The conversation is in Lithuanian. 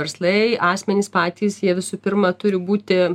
verslai asmenys patys jie visų pirma turi būti